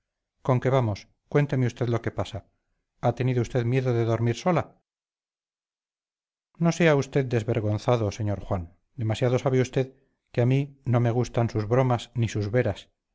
corriendo conque vamos cuénteme usted lo que pasa ha tenido usted miedo de dormir sola no sea usted desvergonzado señor juan demasiado sabe usted que a mí no me gustan sus bromas ni sus veras